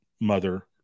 mother